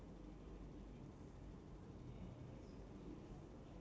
how about something that is usually meant to be broken